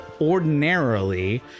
ordinarily